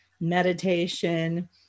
meditation